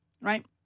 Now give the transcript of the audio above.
right